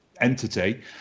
entity